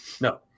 No